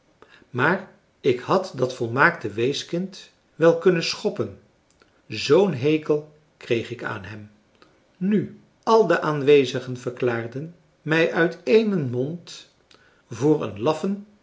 maar ik had dat volmaakte weeskind wel kunnen schoppen zoo'n hekel kreeg ik aan hem nu al de aanwezigen verklaarden mij uit éénen mond voor een laffen